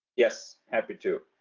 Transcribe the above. yes, happy to.